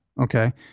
Okay